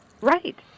Right